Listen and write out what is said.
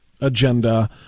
agenda